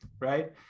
right